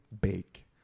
Bake